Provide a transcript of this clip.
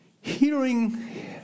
hearing